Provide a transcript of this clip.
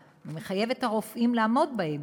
הוא מחייב את הרופאים לעמוד בהם.